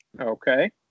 Okay